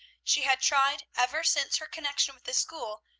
she had tried, ever since her connection with this school,